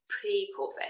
pre-COVID